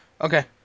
Okay